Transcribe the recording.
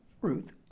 Ruth